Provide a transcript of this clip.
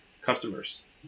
customers